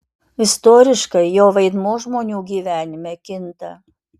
istoriškai jo vaidmuo žmonių gyvenime kinta